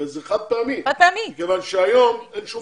הרי זה חד-פעמי מכיוון שהיום אין שום בעיה.